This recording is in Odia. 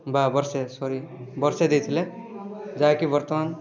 ବା ବର୍ଷେ ସରି ବର୍ଷେ ଦେଇଥିଲେ ଯାହାକି ବର୍ତ୍ତମାନ